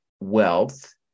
wealth